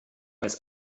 weiß